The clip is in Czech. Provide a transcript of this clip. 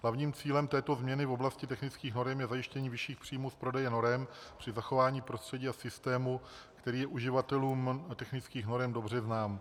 Hlavním cílem této změny v oblasti technických norem je zajištění vyšších příjmů z prodeje norem při zachování prostředí a systému, který je uživatelům technických norem dobře znám.